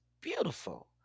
beautiful